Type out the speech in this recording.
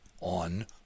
on